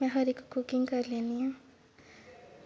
में हर इक कुकिंग करी लैन्नी आं